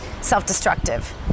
self-destructive